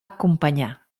acompanyar